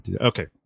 Okay